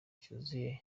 cyuzuye